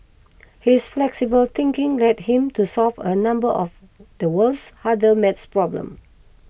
his flexible thinking led him to solve a number of the world's hardest math problems